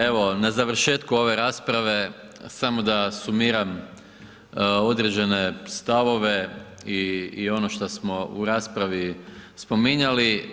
Evo, na završetku ove rasprave, samo da sumiram određene stavove i ono što smo u raspravi spominjali.